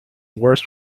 worst